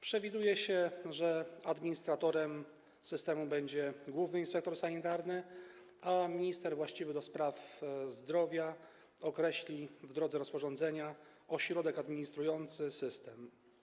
Przewiduje się, że administratorem systemu będzie główny inspektor sanitarny, a minister właściwy do spraw zdrowia określi w drodze rozporządzenia ośrodek administrujący systemem.